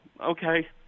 okay